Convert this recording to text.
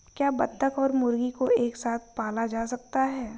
क्या बत्तख और मुर्गी को एक साथ पाला जा सकता है?